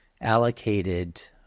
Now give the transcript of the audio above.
allocated